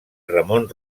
ramon